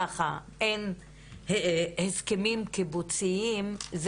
אין הסכמים קיבוציים,